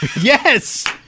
Yes